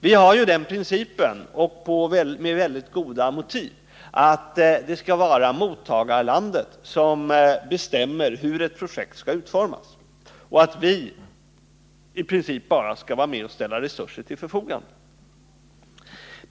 Vi har ju den principen, med väldigt goda motiv, att det skall vara mottagarlandet som bestämmer hur ett projekt skall utformas och att vi i princip bara skall vara med och ställa resurser till förfogande.